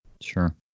sure